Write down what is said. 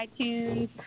iTunes